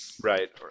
Right